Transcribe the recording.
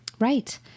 Right